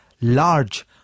large